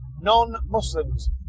Non-Muslims